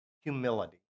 humility